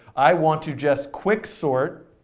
i want to just quicksort,